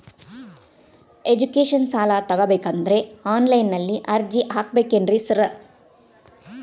Education ಸಾಲ ತಗಬೇಕಂದ್ರೆ online ನಲ್ಲಿ ಅರ್ಜಿ ಹಾಕ್ಬೇಕೇನ್ರಿ ಸಾರ್?